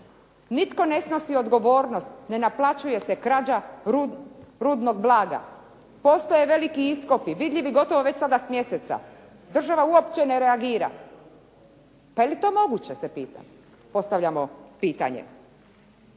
Nitko ne snosi odgovornost, ne naplaćuje se krađa rudnog blaga, postoje veliki iskopi vidljivi već gotovo već sada s mjeseca. Država uopće ne reagira. Pa je li to moguće se pitamo, postavljamo pitanje.